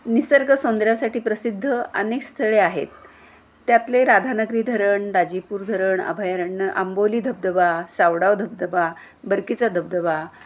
निसर्गसौंदर्यासाठी प्रसिद्ध अनेक स्थळे आहेत त्यातले राधानगरी धरण दाजीपूर धरण अभयारण्य आंबोली धबधबा सावडाव धबधबा बर्कीचा धबधबा